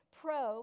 pro